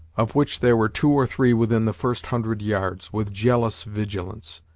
of which there were two or three within the first hundred yards, with jealous vigilance.